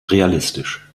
realistisch